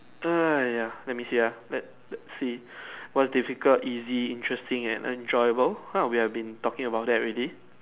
oh ya let me see ah let's see what's difficult easy interesting and enjoyable that's what we have been talking about already